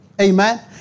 Amen